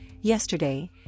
yesterday